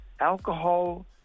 alcohol